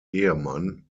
ehemann